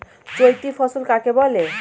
চৈতি ফসল কাকে বলে?